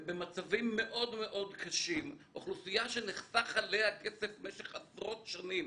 ובמצבים מאוד קשים אוכלוסייה שנחסך עליה כסף במשך עשרות שנים